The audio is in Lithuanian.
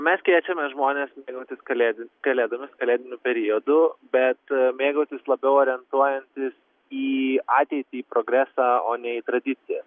mes kviečiame žmones mėgautis kalėdų kalėdos kalėdiniu periodu bet mėgautis labiau orientuojantis į ateitį progresą o ne į tradicijas